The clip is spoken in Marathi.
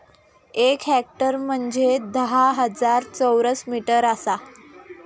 एक हेक्टर म्हंजे धा हजार चौरस मीटर आसा